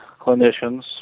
clinicians